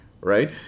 right